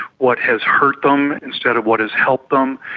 what has hurt them instead of what has helped them.